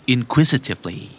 Inquisitively